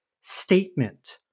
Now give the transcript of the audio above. statement